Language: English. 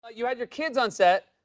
you had your kids on set.